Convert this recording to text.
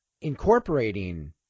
incorporating